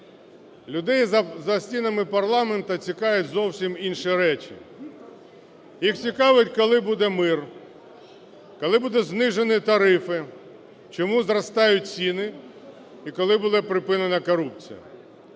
Людей за стінами парламенту цікавлять зовсім інші речі, їх цікавить, коли буде мир, коли будуть знижені тарифи, чому зростають ціни і коли буде припинена корупція.